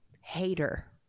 hater